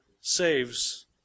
saves